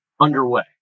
underway